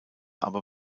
aber